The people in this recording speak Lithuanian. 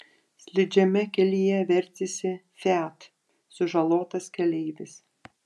slidžiame kelyje vertėsi fiat sužalotas keleivis